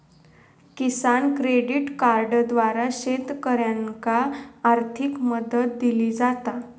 किसान credit कार्डद्वारा शेतकऱ्यांनाका आर्थिक मदत दिली जाता